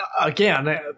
again